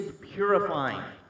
purifying